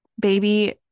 baby